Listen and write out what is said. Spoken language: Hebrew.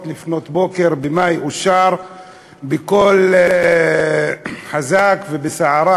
לפנות בוקר במאי אושר בקול חזק ובסערה,